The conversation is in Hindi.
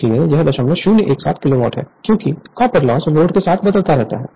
इसलिए यह 0017 किलोवाट है क्योंकि कॉपर लॉस लोड के साथ बदलता रहता है